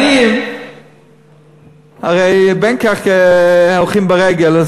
עניים הרי בין כך הולכים ברגל,